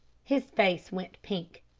his face went pink.